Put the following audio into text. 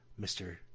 Mr